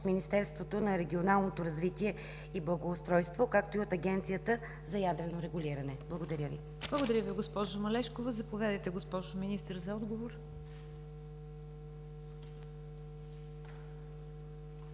Министерството на регионалното развитие и благоустройство, както и от Агенцията за ядрено регулиране? Благодаря Ви. ПРЕДСЕДАТЕЛ НИГЯР ДЖАФЕР: Благодаря Ви, госпожо Малешкова. Заповядайте, госпожо Министър, за отговор.